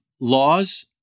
laws